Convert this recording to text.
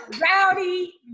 rowdy